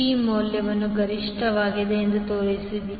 P ಮೌಲ್ಯವು ಗರಿಷ್ಠವಾಗಿದೆ ಎಂದು ತೋರಿಸಿ